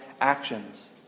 actions